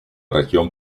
región